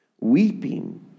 Weeping